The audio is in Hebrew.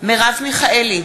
מרב מיכאלי,